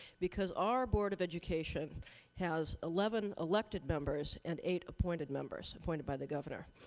because our board of education has eleven elected members and eight appointed members, appointed by the governor.